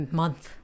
month